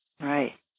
right